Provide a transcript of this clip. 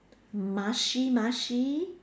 mushy mushy